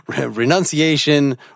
renunciation